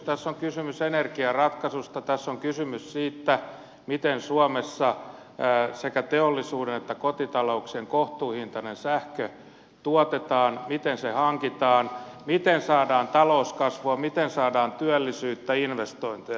tässä on kysymys energiaratkaisusta tässä on kysymys siitä miten suomessa sekä teollisuuden että kotitalouksien kohtuuhintainen sähkö tuotetaan miten se hankitaan miten saadaan talouskasvua miten saadaan työllisyyttä investointeja